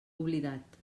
oblidat